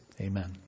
Amen